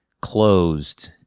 closed